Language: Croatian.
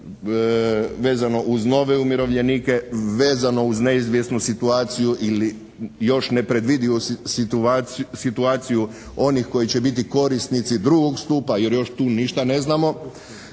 vezano uz nove umirovljenike, vezano uz neizvjesnu situaciju ili još nepredvidivu situaciju onih koji će biti korisnici II. stupa jer još tu ništa ne znamo.